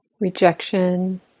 rejection